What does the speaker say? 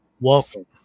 welcome